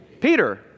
Peter